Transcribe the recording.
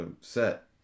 set